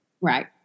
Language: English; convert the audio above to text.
Right